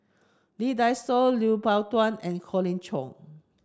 Lee Dai Soh Lui Pao Chuen and Colin Cheong